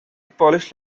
polish